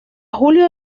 julio